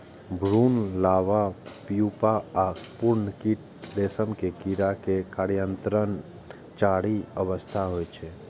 भ्रूण, larva, pupa आ पूर्ण कीट रेशम के कीड़ा के कायांतरणक चारि अवस्था होइ छै